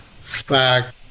fact